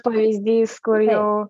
pavyzdys kur jau